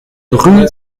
rue